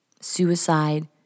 suicide